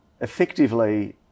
effectively